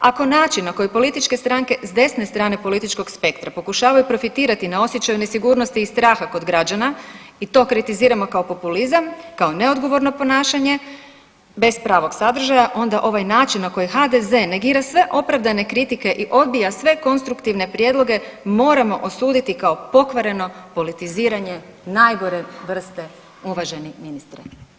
Ako način na koji političke stranke s desne strane političkog spektra pokušavaju profitirati na osjećaju nesigurnosti i straha kod građana i to kritiziramo kao populizam, kao neodgovorno ponašanje bez pravog sadržaja onda ovaj način na koji HDZ negira sve opravdane kritike i odbija sve konstruktivne prijedloge moramo osuditi kao pokvareno politiziranje najgore vrste uvaženi ministre.